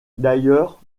d’ailleurs